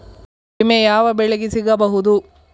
ವಿಮೆ ಯಾವ ಬೆಳೆಗೆ ಸಿಗಬಹುದು?